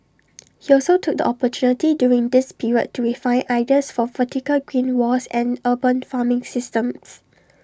he also took the opportunity during this period to refine ideas for vertical green walls and urban farming systems